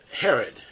Herod